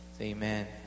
Amen